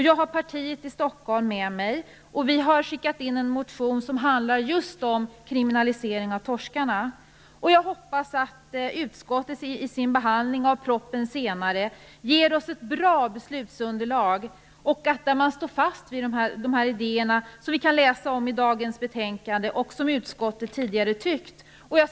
Jag har partiet i Stockholm med mig, och vi har skickat in en motion som handlar just om en kriminalisering av torskarna. Jag hoppas att utskottet i sin behandling av propositionen senare ger oss ett bra beslutsunderlag, där man står fast vid de idéer som vi kan läsa om i dagens betänkande och som utskottet tidigare gett uttryck för.